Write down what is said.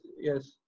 yes